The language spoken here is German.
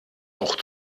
auch